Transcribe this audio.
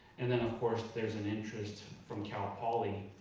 and then of course there's an interest from cal poly,